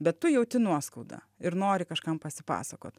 bet tu jauti nuoskaudą ir nori kažkam pasipasakot